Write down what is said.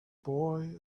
boy